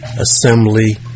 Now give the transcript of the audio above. assembly